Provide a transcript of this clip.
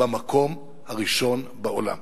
במקום הראשון בעולם,